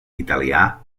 italià